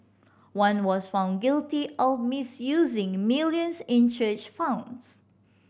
one was found guilty of misusing millions in church funds